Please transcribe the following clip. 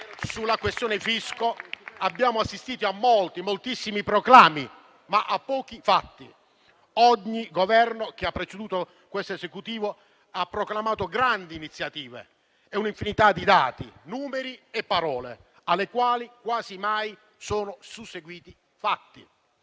sulla questione fisco abbiamo assistito a molti, moltissimi proclami, ma a pochi fatti; ogni Governo che ha preceduto questo Esecutivo ha proclamato grandi iniziative e un'infinità di dati, numeri e parole, alle quali quasi mai sono seguiti fatti.